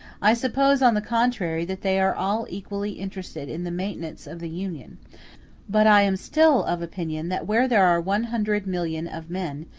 i suppose, on the contrary, that they are all equally interested in the maintenance of the union but i am still of opinion that where there are one hundred million of men,